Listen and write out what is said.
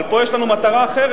אבל פה יש לנו מטרה אחרת.